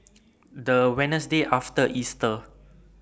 The Wednesday after Easter